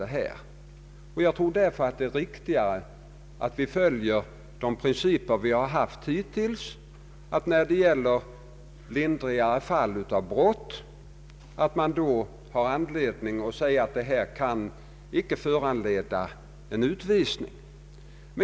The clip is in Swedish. Det är därför riktigare att vi följer de principer som vi hittills har följt och när det gäller lindrigare fall av brott säger att de inte kan föranleda en utvisning.